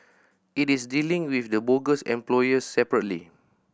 it is dealing with the bogus employers separately